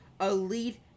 elite